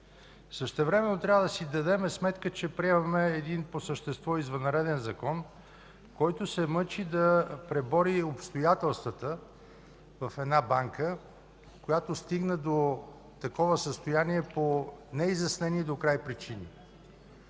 Същевременно трябва да си дадем сметка, че приемаме по същество извънреден Закон, който се мъчи да пребори и обстоятелствата в една банка, която стигна до такова състояние по неизяснени докрай причини.